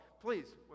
please